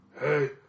hey